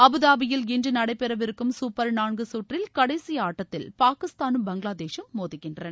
அபுதாபியில் இன்று நடைபெறவிருக்கும் சூப்பா நான்கு சுற்றில் கடைசி ஆட்டத்தில் பாகிஸ்தானும் பங்களாதேஷும் மோதுகின்றன